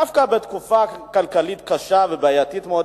שדווקא בתקופה כלכלית קשה ובעייתית מאוד,